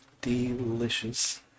Delicious